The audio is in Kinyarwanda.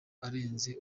arenze